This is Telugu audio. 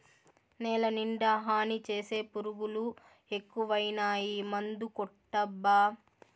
నేలనిండా హాని చేసే పురుగులు ఎక్కువైనాయి మందుకొట్టబ్బా